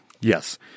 Yes